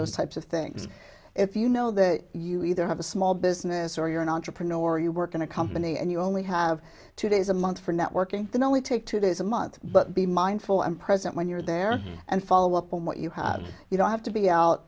those types of things if you know that you either have a small business or you're an entrepreneur or you work in a company and you only have two days a month for networking then only take two days a month but be mindful and present when you're there and follow up on what you have you don't have to be out